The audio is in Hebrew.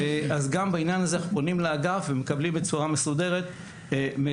אז גם בעניין הזה אנחנו פונים לאגף ומקבלים בצורה מסודרת מידע.